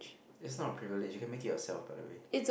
it's not a privilege you can make it yourself by the way